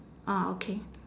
ah okay